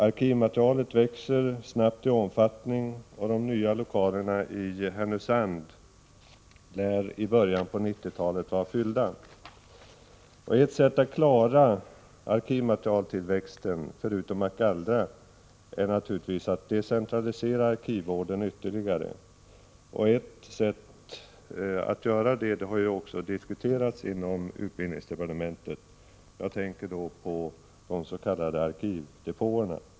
Arkivmaterialet växer snabbt i omfattning, och de nya lokalerna i Härnösand lär i början av 1990-talet vara fyllda. Ett sätt att klara arkivmaterialtillväxten, förutom att gallra, är naturligtvis att decentralisera arkivvården ytterligare. Ett sätt att göra det har också diskuterats inom utbildningsdepartementet. Jag tänker då på de s.k. arkivdepåerna.